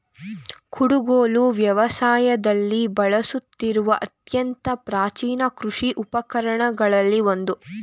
ಕುಡುಗೋಲು ವ್ಯವಸಾಯದಲ್ಲಿ ಬಳಸುತ್ತಿರುವ ಅತ್ಯಂತ ಪ್ರಾಚೀನ ಕೃಷಿ ಉಪಕರಣಗಳಲ್ಲಿ ಒಂದು